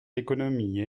l’économie